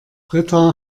britta